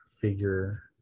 figure